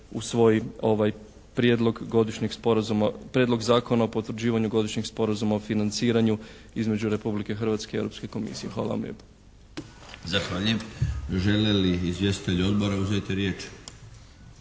prijedlog Zakona o potvrđivanju godišnjeg sporazuma o financiranju između Republike Hrvatske i Europske komisije. Hvala vam lijepo. **Milinović, Darko (HDZ)** Zahvaljujem. Žele li izvjestitelji odbora uzeti riječ?